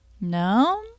No